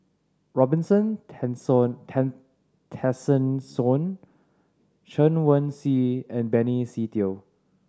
Robin Tessensohn Chen Wen Hsi and Benny Se Teo